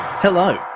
Hello